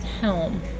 helm